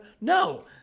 No